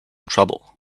trouble